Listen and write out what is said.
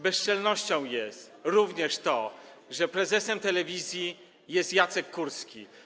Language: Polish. Bezczelnością jest również to, że prezesem telewizji jest Jacek Kurski.